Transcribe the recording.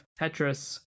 Tetris